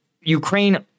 Ukraine